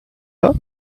pas